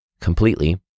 completely